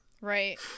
right